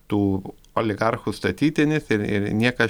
tų oligarchų statytinis ir ir nieka